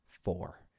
four